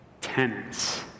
Tenants